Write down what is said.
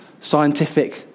scientific